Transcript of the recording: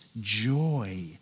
joy